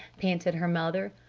panted her mother.